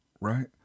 right